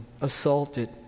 assaulted